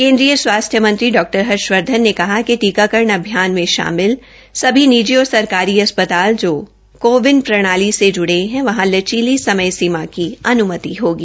केन्द्रीय स्वास्थ्य मंत्री डॉ हर्षवर्धन ने कहा कि टीकाकरण अभियान में शामिल सभी निजी और सरकारी अस्पताल जो कोविन प्रणाली से जुड़े है वहां लचीली समय सीमा की अनुमति होगी